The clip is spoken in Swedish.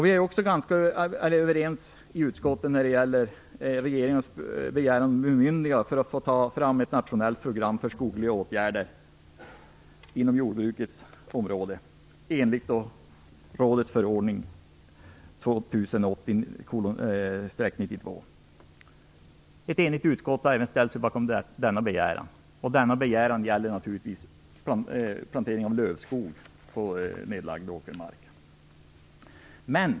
Vi var också överens i utskottet när det gällde regeringens begäran om bemyndigande för att ta fram ett nationellt program för skogliga åtgärder inom jordbrukets område enligt rådets förordning 2080/92. Ett enigt utskott har även ställt sig bakom denna begäran. Den gäller naturligtvis plantering av lövskog på nedlagd åkermark.